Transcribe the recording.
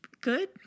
good